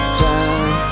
time